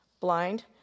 blind